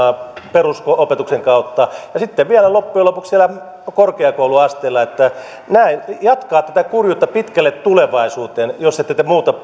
perusopetuksen kautta ja sitten vielä loppujen lopuksi siellä korkeakouluasteella että ne jatkavat tätä kurjuutta pitkälle tulevaisuuteen jos te ette muuta